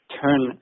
turn